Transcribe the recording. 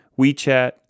WeChat